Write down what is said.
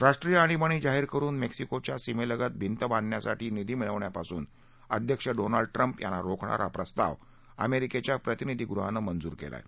राष्ट्रीय आणिबाणी जाहीर करुन मेक्सिकोच्या सीमेलगत भींत बांधण्यासाठी निधी मिळवण्यापासून अध्यक्ष डोनाल्ड ट्रम्प यांना रोखणारा प्रस्ताव अमेरिकेच्या प्रतिनिधी गृहानं मंजूर केला आहे